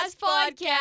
podcast